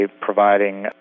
providing